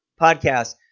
podcast